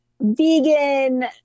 vegan